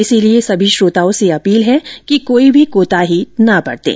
इसलिए सभी श्रोताओं से अपील है कि कोई भी कोताही न बरतें